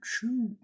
chew